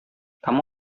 kamu